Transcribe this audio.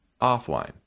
offline